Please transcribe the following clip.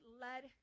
led